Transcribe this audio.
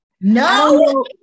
no